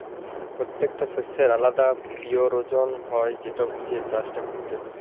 পত্যেকট শস্যের আলদা পিরয়োজন হ্যয় যেট বুঝে চাষট ক্যরতে হয়